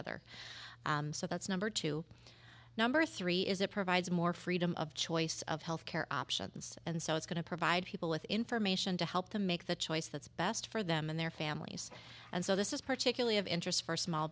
other so that's number two number three is it provides more freedom of choice of health care options and so it's going to provide people with information to help them make the choice that's best for them and their families and so this is particularly of interest for small